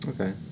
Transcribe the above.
Okay